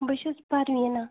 بہٕ چھس پرویٖنا